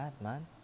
man